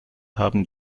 haben